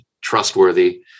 trustworthy